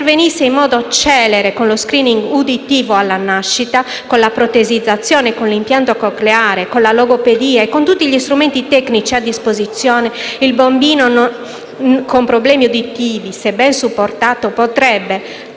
si intervenisse in modo celere con lo *screening* uditivo alla nascita, con la protesizzazione e con l'impianto cocleare, con la logopedia e con tutti gli strumenti tecnici a disposizione, il bambino con problemi uditivi, se ben supportato, potrebbe